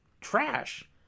trash